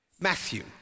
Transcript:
Matthew